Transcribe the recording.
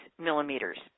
millimeters